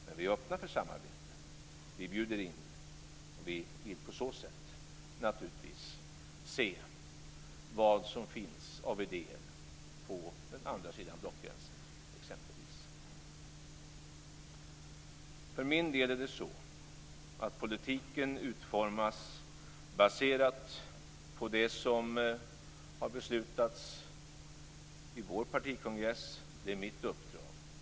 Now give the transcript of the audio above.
Men vi är öppna för samarbete, vi bjuder in till samtal och vill på så sätt se vad som finns av idéer på exempelvis den andra sidan blockgränsen. För min del utformas politiken baserat på det som har beslutats vid vår partikongress. Det är mitt uppdrag.